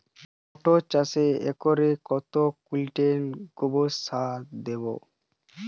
মটর চাষে একরে কত কুইন্টাল গোবরসার দেবো?